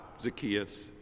Zacchaeus